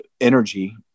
energy